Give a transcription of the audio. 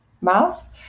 mouth